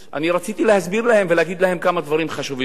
רציתי להסביר ולהגיד להם כמה דברים חשובים מאוד.